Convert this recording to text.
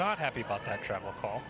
not happy about the travel call